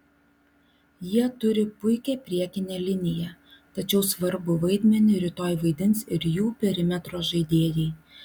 jie turi puikią priekinę liniją tačiau svarbų vaidmenį rytoj vaidins ir jų perimetro žaidėjai